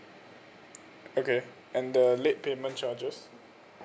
okay and the late payment charges